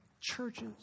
churches